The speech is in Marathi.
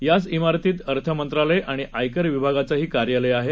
याच मारतीतअर्थमंत्रालयआणिआयकरविभागाचंहीकार्यालयआहे